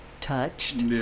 touched